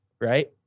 Right